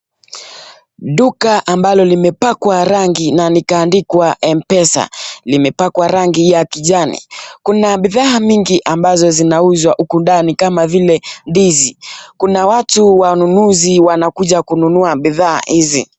Duka ambalo limepakwa rangi na likaandikwa kuwa M-PESA, limepakwa rangi ya kijani. Kuna bidhaa mingi ambazo zinauzwa huku ndani kama vile ndizi. Kuna watu wanunuzi wanakuja kununua bidhaa hizi.